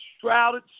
shrouded